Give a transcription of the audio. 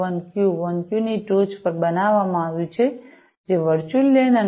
1Q 1Q ની ટોચ પર બનાવવામાં આવ્યું છે જે વર્ચુઅલ લેન અને 802